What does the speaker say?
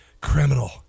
criminal